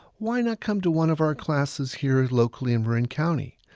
why not come to one of our classes here locally in marin county?